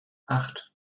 acht